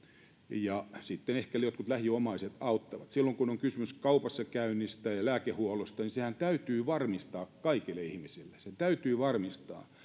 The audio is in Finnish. ja sitten ehkä jotkut lähiomaiset auttavat silloin kun on kysymys kaupassakäynnistä ja lääkehuollosta niin sehän täytyy varmistaa kaikille ihmisille se täytyy varmistaa ja